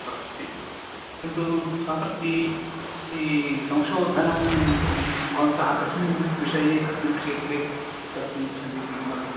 वर्तते किन्तु सम्प्रति संशोधनं भवन्तः कस्मिन् विषये कस्मिन् क्षेत्रे कर्तुमिच्छन्तीति किमपि